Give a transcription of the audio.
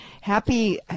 happy